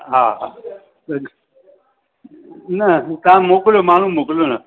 हा हा न तव्हां मोकिलियो माण्हू मोकिलियो न